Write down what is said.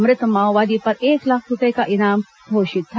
मृत माओवादी पर एक लाख रूपए का इनाम घोषित था